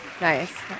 Nice